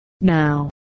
Now